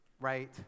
right